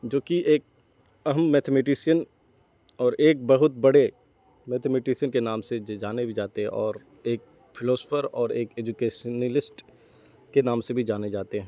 جو کی ایک اہم میتھمیٹیسین اور ایک بہت بڑے میتھیمیٹیسن کے نام سے جانے بھی جاتے ہے اور ایک فلاسفر اور ایک ایجوکیشنلسٹ کے نام سے بھی جانے جاتے ہیں